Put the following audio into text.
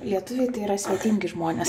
lietuviai tai yra svetingi žmonės